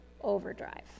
overdrive